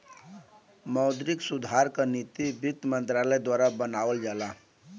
मौद्रिक सुधार क नीति वित्त मंत्रालय द्वारा बनावल जाला